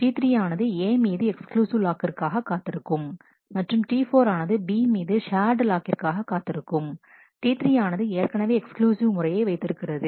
T3 ஆனது A மீது exclusive லாக்கிற்றிற்காக காத்திருக்கும் மற்றும் T4 ஆனது B மீது ஷேர்டு லாக்கிற்றிற்காக காத்திருக்கும் T3 ஆனது ஏற்கனவே எக்ஸ்க்ளூசிவ் முறையை வைத்திருக்கிறது